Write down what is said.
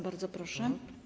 Bardzo proszę.